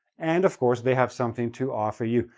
and, of course, they have something to offer you.